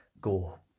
go